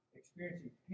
experiencing